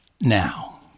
now